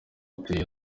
ateye